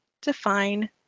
define